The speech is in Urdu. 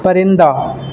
پرندہ